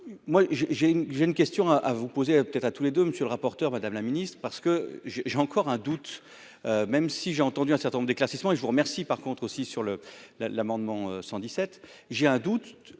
j'ai j'ai une question à vous poser à tous les deux monsieur le rapporteur, Madame la Ministre, parce que je j'ai encore un doute, même si j'ai entendu un certain nombre d'éclaircissements et je vous remercie par contre aussi sur le la l'amendement 117 j'ai un doute